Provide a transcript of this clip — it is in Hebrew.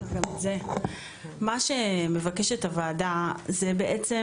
מה שמבקשת הוועדה זה שבעצם